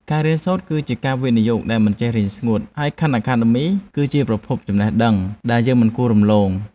ការរៀនសូត្រ គឺជាការវិនិយោគដែលមិនចេះរីងស្ងួតហើយខាន់អាខាដឺមី គឺជាប្រភពចំណេះដឹងដែលយើងមិនគួររំលង។